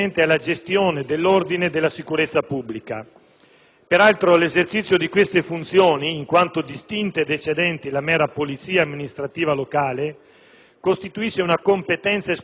Peraltro, l'esercizio di tali funzioni, in quanto distinte ed eccedenti la mera «polizia amministrativa locale», costituisce una competenza esclusiva dello Stato ai sensi dell'articolo 117,